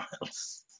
miles